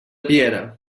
piera